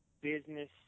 business